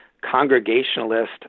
Congregationalist